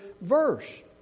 verse